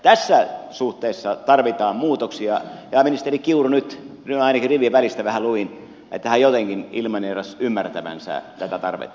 tässä suhteessa tarvitaan muutoksia ja ainakin rivien välistä vähän luin että ministeri kiuru nyt jotenkin ilmineerasi ymmärtävänsä tätä tarvetta